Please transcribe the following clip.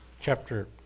Chapter